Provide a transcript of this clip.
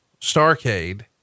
Starcade